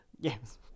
Yes